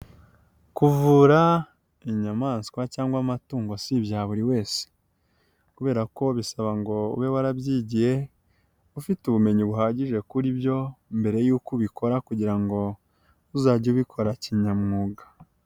Kuvura inyamaswa cyangwa amatungo si ibya buri wese. Kubera ko bisaba ngo ube warabyigiye ufite ubumenyi buhagije kuri byo mbere yuko ubikora kugira ngo uzage ubikora kinyamwuga.